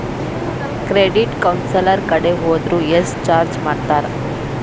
Credit counsellor ಕಡೆ ಹೊದ್ರ ಯೆಷ್ಟ್ ಚಾರ್ಜ್ ಮಾಡ್ತಾರ?